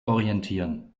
orientieren